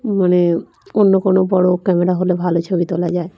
মানে অন্য কোনো বড় ক্যামেরা হলে ভালো ছবি তোলা যায়